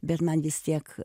bet man vis tiek